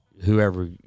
whoever